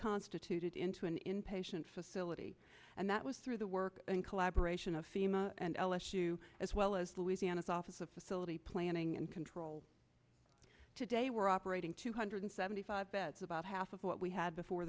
reconstituted into an inpatient facility and that was through the work and collaboration of fema and l issue as well as louisiana's office of facility planning and control today we're operating two hundred seventy five beds about half of what we had before